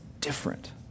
different